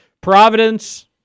Providence